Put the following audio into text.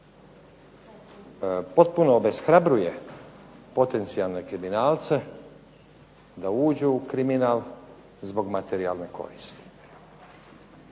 potpuno obeshrabruje potencijalne kriminalce da uđu u kriminal zbog materijalne koristi.